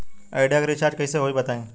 Idea के recharge कइसे होई बताईं?